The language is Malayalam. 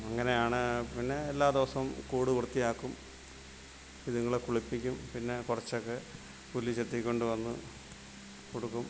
അങ്ങനെയാണ് പിന്നെ എല്ലാ ദിവസവും കൂട് വൃത്തിയാക്കും ഇതുങ്ങളെ കുളിപ്പിക്കും പിന്നെ കുറച്ചൊക്കെ പുല്ല് ചെത്തിക്കൊണ്ട് വന്ന് കൊടുക്കും